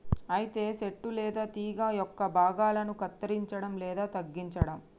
అయితే సెట్టు లేదా తీగ యొక్క భాగాలను కత్తిరంచడం లేదా తగ్గించడం